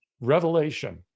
revelation